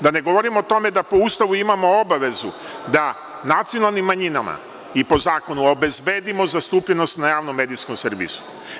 Da ne govorim o tome da po Ustavu imamo obavezu da nacionalnim manjinama i po zakonu, obezbedimo zastupljenost na javnom medijskom servisu.